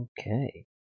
Okay